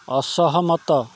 ଅସହମତ